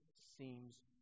seems